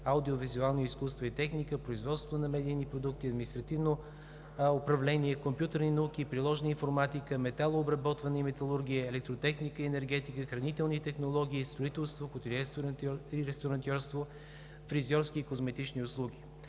аудиовизуално изкуство и техника, производство на медийни продукти, административно управление, компютърни науки, приложна информатика, металообрботване и металургия, електротехника и енергетика, хранителни технологии, строителство, хотелиерство и ресторантьорство, фризьорски и козметични услуги.